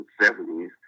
70s